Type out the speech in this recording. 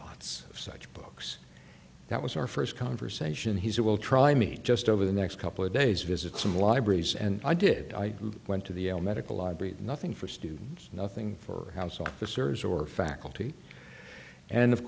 lots of such books that was our first conversation he said will try me just over the next couple of days visit some libraries and i did i went to the el medical library nothing for students nothing for house officers or faculty and of